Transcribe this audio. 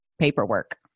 paperwork